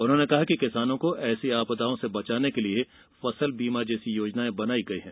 उन्होंने कहा कि किसानों को एसी आपदाओं से बचाने के लिये फसल बीमा जैसी योजनाएं बनाई गई हैं